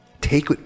Take